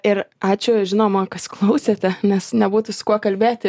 ir ačiū žinoma kas klausėte nes nebūtų su kuo kalbėti